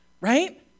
right